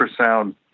ultrasound